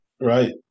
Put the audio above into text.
Right